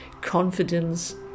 confidence